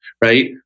right